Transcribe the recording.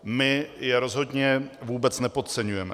My je rozhodně vůbec nepodceňujeme.